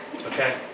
Okay